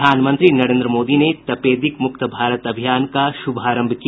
प्रधानमंत्री नरेन्द्र मोदी ने तपेदिक मुक्त भारत अभियान का शुभारंभ किया